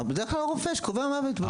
בדרך כלל הרופא שקובע את המוות.